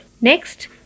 Next